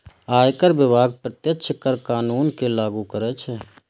आयकर विभाग प्रत्यक्ष कर कानून कें लागू करै छै